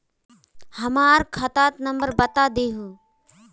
हमर खाता नंबर बता देहु?